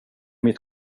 mitt